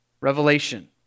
Revelation